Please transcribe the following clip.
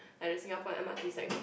and the Singapore M_R_Ts like su~